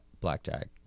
blackjack